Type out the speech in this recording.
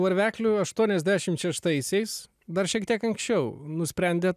varvekliu aštuoniasdešim šeštaisiais dar šiek tiek anksčiau nusprendėt